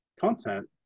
content